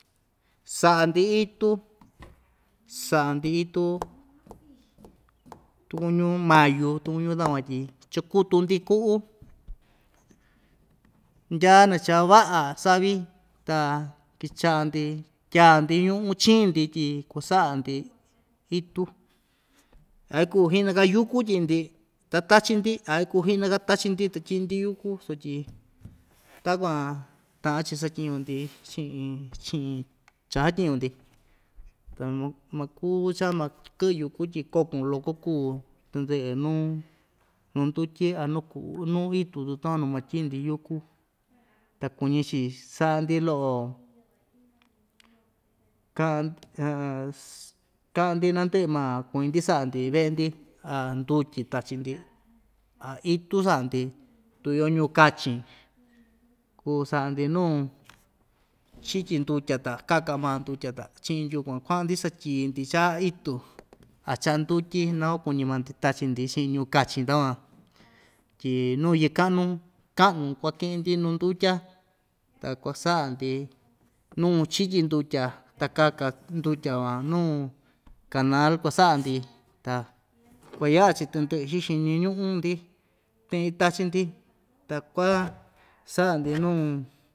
Sa'a‑ndi itu sa'a‑ndi itu tukuñu mayu tukuñu takuan tyi chakutu‑ndi ku'u ndya nachaa va'a savi ta kicha'a‑ndi tyaa‑ndi ñu'u chiin‑ndi tyi kuasa'a‑ndi itu a ikuu hinaka yúku tyi'i‑ndi ta tachi‑ndi a ikuu hinaka tachi‑ndi ta tyi'i‑ndi yúku sutyi takuan ta'an‑chi satyiñu‑ndi chi'in chi'in chasatyiñu‑ndi ta ma maku cha makɨ'ɨ yúku tyi kokon loko kuu tɨndɨ'ɨ nuu nu ndutyi a nuu ku'u nuu itu tu takuan na matyi'i‑ndi yúku ta kuñi‑chi sa'a‑ndi lo'o ka'an ka'an‑ndi nandɨ'ɨ ma kuñi‑ndi sa'a‑ndi ve'e‑ndi a ndutyi tachi‑ndi a itu sa'a‑ndi tu iyo ñu'u kachin kuu sa'a‑ndi nuu chityi ndutya ta kaka maa ndutya ta chi'in yukuan kua'an‑ndi satyii‑ndi cha'a itu a cha'a ndutyi naku kuñi maa‑ndi tachi‑ndi chi'in ñu'un kachin takuan tyi nuu yɨ'ɨ ka'nu ka'nu kuaki'in‑ndi nu ndutya ta kuasa'a‑ndi nuu chityi ndutya ta kaka ndutya van nuu kanal kuasa'a‑ndi ta kuaya'a‑chi tɨndɨ'ɨ xi xiñi ñu'u‑ndi ten itachi‑ndi ta kua sa'a‑ndi nuu.